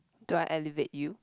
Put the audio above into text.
do I elevate you